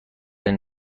این